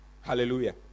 Hallelujah